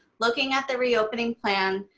looking at the reopening plan,